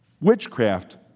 witchcraft